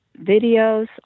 videos